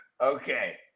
Okay